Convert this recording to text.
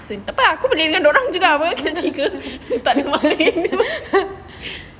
takpe ah aku boleh dengan dorang juga [pe] kita orang tiga